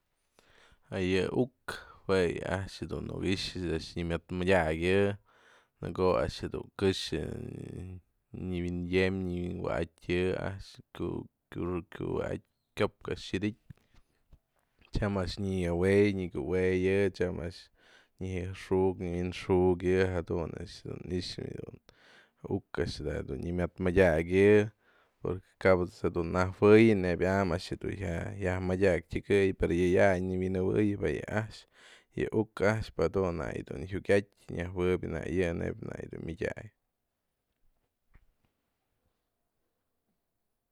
Ja ya uk jue yë a'ax du'u nuk i'ix ñë'ë nya mëdmëdyakyë në ko'o a'ax dun kë xë nyawinyëm nyawi'in wyatyë a'axë kyopë a'ax xëdytë, tyam a'ax nyanawe'y nyako'oweyë tyam a'ax nya'ajxu'k nyawëxugëyë jadun a'ax du'u i'ix yë'ë dun uk a'ax da'a je'e nya mëdmëdyakyë porque ka'ap ejt's dun nawëyë'ën nebyam a'ax dun jya ya'aj mëdyaktëkëy pero yë ya'ay nëwynjëwëyëp ayë a'ax yë'ë uk a'ax pëdun na'ak yë'ë jiukatyë nyawëbya na'ak yë nebianak dun mëdyaktëky